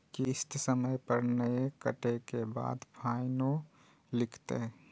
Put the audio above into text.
किस्त समय पर नय कटै के बाद फाइनो लिखते?